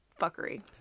fuckery